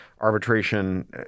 arbitration